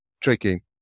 tricky